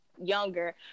younger